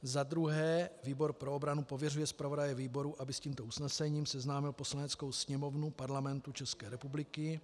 Za druhé výbor pro obranu pověřuje zpravodaje výboru, aby s tímto usnesením seznámil Poslaneckou sněmovnu Parlamentu České republiky.